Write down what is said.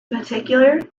particular